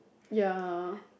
ya